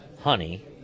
honey